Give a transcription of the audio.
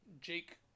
Jake